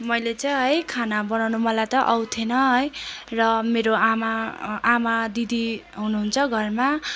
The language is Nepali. मैले चाहिँ है खाना बनाउनु मलाई त आउँथेन है र मेरो आमा आमा दिदी हुनुहुन्छ घरमा